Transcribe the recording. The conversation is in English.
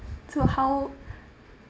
so how